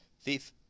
thief